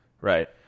right